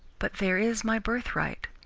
but there is my birthright.